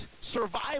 survive